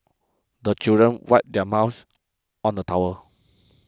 the children wipe their mouth on the towel